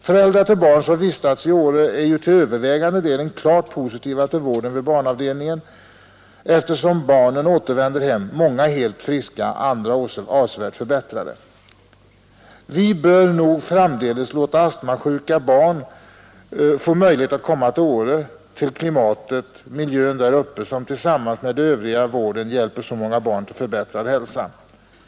Föräldrar till barn som vistats i Åre är till överväldigande delen klart positiva till vården vid barnavdelningen, eftersom barnen återvänder hem, många helt friska, andra avsevärt förbättrade. Vi bör nog framdeles låta astmasjuka barn få möjlighet att komma till Åre, till klimatet och miljön där uppe som tillsammans med den övriga vården hjälper så många barn till förbättrad hälsa.